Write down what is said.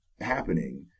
happening